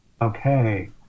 Okay